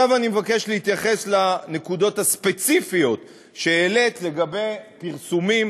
עכשיו אני מבקש להתייחס לנקודות הספציפיות שהעלית לגבי פרסומים